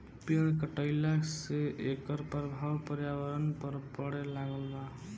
पेड़ कटईला से एकर प्रभाव पर्यावरण पर पड़े लागल बा